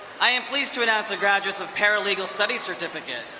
i am pleased to announce the graduates of paralegal studies certificate.